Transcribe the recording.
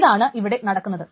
ഇതാണ് ഇവിടെ നടക്കുന്നത്